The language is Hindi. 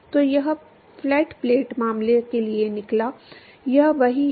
तो यह फ्लैट प्लेट मामले के लिए निकला यह वही है